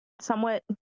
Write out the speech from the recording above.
somewhat